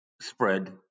spread